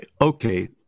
okay